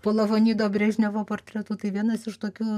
po lavonido brežnevo portretu tai vienas iš tokių